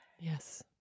Yes